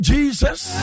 Jesus